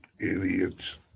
Idiots